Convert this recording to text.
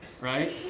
right